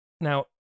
Now